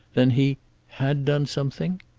then he had done something?